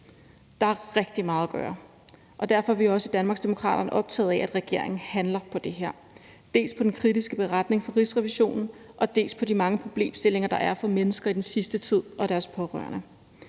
Der er rigtig meget at gøre, og derfor er vi også i Danmarksdemokraterne optaget af, at regeringen handler på det; dels på den kritiske beretning fra Rigsrevisionen, dels på de mange problemstillinger, der er for mennesker og deres pårørende